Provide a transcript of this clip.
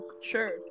Sure